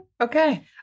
Okay